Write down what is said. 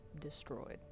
destroyed